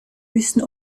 müssen